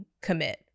commit